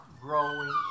growing